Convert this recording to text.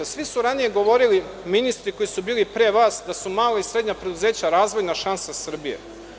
Svi su ranije govorili, ministri koji su bili pre vas, da su mala i srednja preduzeća razvojna šansa Srbije.